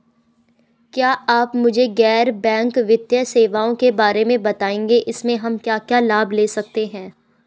क्या आप मुझे गैर बैंक वित्तीय सेवाओं के बारे में बताएँगे इसमें हम क्या क्या लाभ ले सकते हैं?